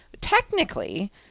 technically